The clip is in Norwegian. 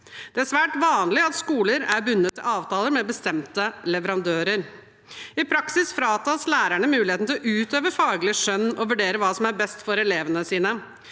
Det er svært vanlig at skoler er bundet av avtaler med bestemte leverandører. I praksis fratas lærerne muligheten til å utøve faglig skjønn og vurdere hva som er best for elevene sine,